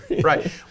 Right